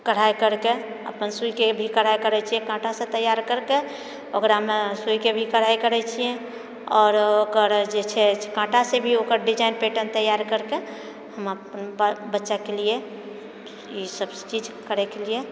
कढ़ाइ करके अपन सुइके भी कढ़ाइ करै छियै काँटासँ तैयार करके ओकरामे सुइके भी कढ़ाइ करै छियै आओर ओकर जे छै काँटासँ भी ओकर डिजाइन पेटर्न तैयार करके हम अपन बच्चाके लिए ईसब चीज करै के लिए